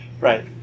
Right